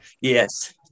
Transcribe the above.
yes